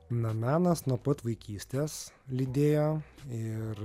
na menas nuo pat vaikystės lydėjo ir